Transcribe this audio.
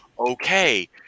Okay